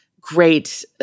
great